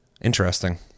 Interesting